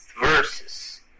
verses